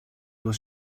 was